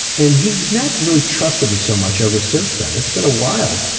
and he's never really trusted me so much ever since then, and it's been a while.